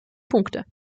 punkte